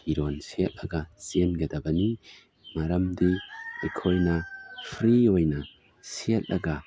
ꯐꯤꯔꯣꯜ ꯁꯦꯠꯂꯒ ꯆꯦꯟꯒꯗꯕꯅꯤ ꯃꯔꯝꯗꯤ ꯑꯩꯈꯣꯏꯅ ꯐ꯭ꯔꯤ ꯑꯣꯏꯅ ꯁꯦꯠꯂꯒ